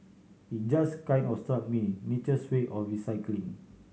it just kind of struck me nature's way of recycling